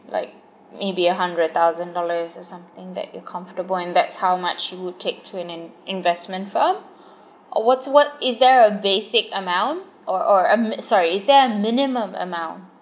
like maybe a hundred thousand dollars or something that you're comfortable and that's how much you would take to an in~ investment firm or what's what is there a basic amount or or I'm sorry is there a minimum amount